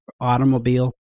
automobile